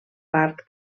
part